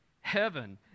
heaven